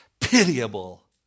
pitiable